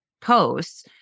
posts